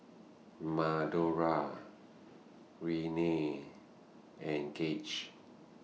Madora Renea and Gage